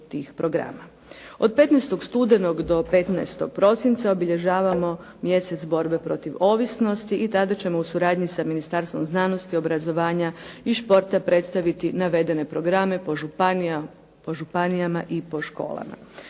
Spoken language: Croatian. Od 15. studenog do 15. prosinca obilježavamo mjesec borbe protiv ovisnosti i tada ćemo u suradnji sa Ministarstvom znanosti, obrazovanja i športa predstaviti navedene programe po županijama i po školama.